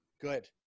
Good